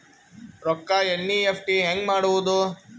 ರೊಕ್ಕ ಎನ್.ಇ.ಎಫ್.ಟಿ ಹ್ಯಾಂಗ್ ಮಾಡುವುದು?